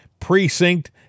precinct